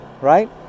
right